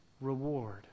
reward